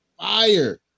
Fire